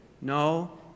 No